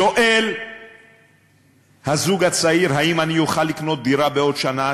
שואל הזוג הצעיר: האם אני אוכל לקנות דירה בעוד שנה,